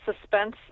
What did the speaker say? suspense